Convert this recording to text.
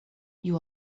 you